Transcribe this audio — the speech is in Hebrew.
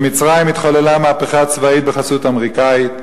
במצרים התחוללה מהפכה צבאית בחסות אמריקנית,